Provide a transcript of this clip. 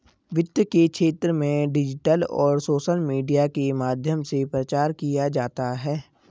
वित्त के क्षेत्र में डिजिटल और सोशल मीडिया के माध्यम से प्रचार किया जाता है